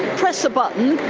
press a button,